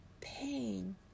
pain